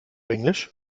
englisch